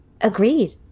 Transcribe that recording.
Agreed